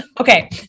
Okay